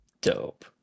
Dope